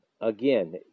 Again